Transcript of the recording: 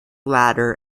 latter